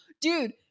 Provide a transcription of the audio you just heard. dude